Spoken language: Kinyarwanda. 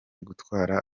gutwara